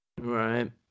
Right